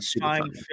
fine